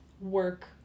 work